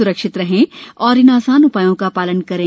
स्रक्षित रहें और इन आसान उपायों का पालन करें